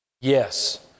Yes